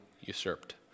usurped